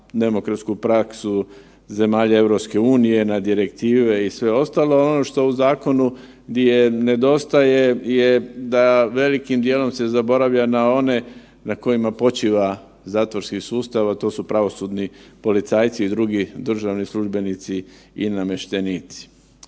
demokratsku praksu zemalja EU, na direktive i sve ostalo. Ono što u zakonu nedostaje je da velikim dijelom se zaboravlja na one na kojima počiva zatvorski sustav, a to su pravosudni policajci i drugi državni službenici i namještenici.